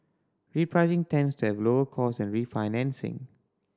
repricing tends to have lower cost than refinancing